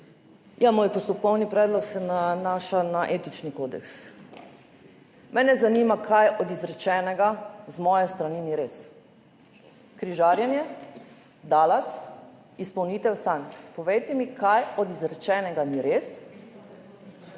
Moj postopkovni predlog se nanaša na etični kodeks. Mene zanima, kaj od izrečenega z moje strani ni res. Križarjenje? Dallas? Izpolnitev sanj? Povejte mi, kaj od izrečenega ni res.